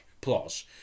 plus